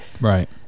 Right